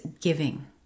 giving